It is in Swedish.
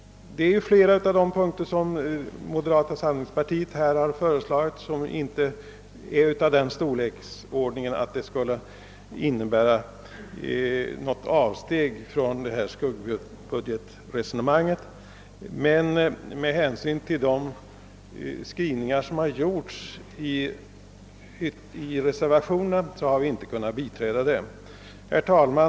På flera av de punkter som moderata samlingspartiet tagit upp är förslagen inte av den storleksordningen att de skulle innebära något avsteg från detta skuggbudgetresonemang, men med hänsyn till de skrivningar som gjorts i reservationerna har vi inte kunnat biträda förslagen. Herr talman!